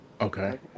Okay